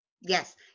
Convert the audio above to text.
yes